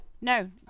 no